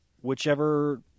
whichever